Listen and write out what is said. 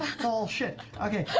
shit! okay,